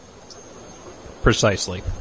Precisely